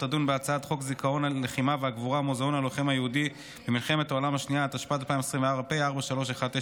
אני מזמין את יושב-ראש ועדת